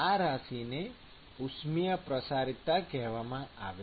આ રાશિને ઉષ્મિય પ્રસારીતતા કહેવામાં આવે છે